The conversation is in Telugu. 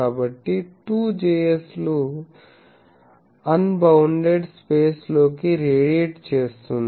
కాబట్టి 2Js లు అన్బౌండెడ్ స్పేస్ లో కి రేడియేట్ చేస్తుంది